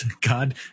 God